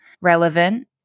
relevant